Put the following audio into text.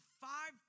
five